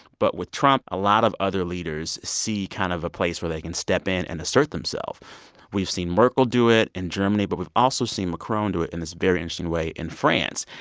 but with trump, a lot of other leaders see kind of a place where they can step in and assert themself we've seen merkel do it in germany, but we've also seen macron do it in this very interesting way in france.